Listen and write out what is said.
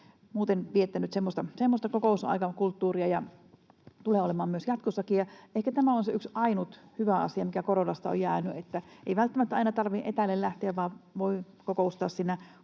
muuten viettänyt semmoista kokouskulttuuria, ja niin tulee olemaan myös jatkossakin. Ehkä tämä on se yksi ainut hyvä asia, mikä koronasta on jäänyt, että ei välttämättä aina tarvitse etäälle lähteä, vaan voi kokoustaa siinä kotona